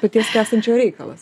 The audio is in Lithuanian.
paties skęstančiojo reikalas